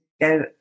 go